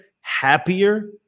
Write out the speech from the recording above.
happier